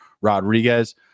Rodriguez